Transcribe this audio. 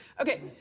Okay